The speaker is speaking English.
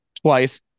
twice